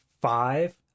five